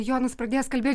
jonas pradės kalbėt